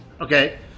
Okay